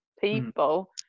people